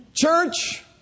Church